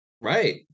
Right